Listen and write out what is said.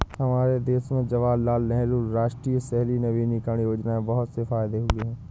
हमारे देश में जवाहरलाल नेहरू राष्ट्रीय शहरी नवीकरण योजना से बहुत से फायदे हुए हैं